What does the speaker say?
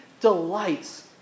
delights